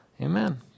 Amen